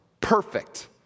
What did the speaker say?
perfect